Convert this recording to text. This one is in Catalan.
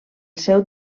seu